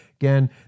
Again